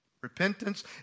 Repentance